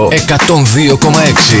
102,6